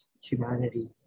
humanity